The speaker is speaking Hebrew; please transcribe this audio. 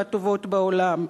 מהטובות בעולם,